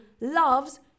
loves